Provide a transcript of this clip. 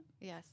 Yes